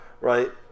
right